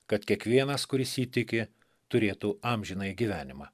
kad kiekvienas kuris jį tiki turėtų amžinąjį gyvenimą